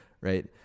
right